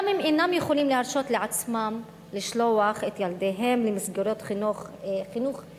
גם אם אינם יכולים להרשות לעצמם לשלוח את ילדיהם למסגרות חינוך פרטיות.